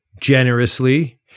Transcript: generously